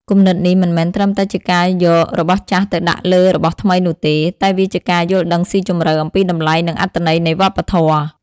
គំនិតនេះមិនមែនត្រឹមតែជាការយករបស់ចាស់ទៅដាក់លើរបស់ថ្មីនោះទេ តែវាជាការយល់ដឹងស៊ីជម្រៅអំពីតម្លៃ និងអត្ថន័យនៃវប្បធម៌។